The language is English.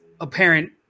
apparent